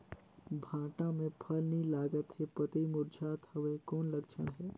भांटा मे फल नी लागत हे पतई मुरझात हवय कौन लक्षण हे?